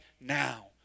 now